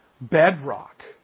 bedrock